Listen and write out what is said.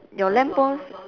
your lamp post